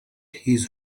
his